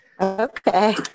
okay